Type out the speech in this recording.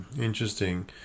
Interesting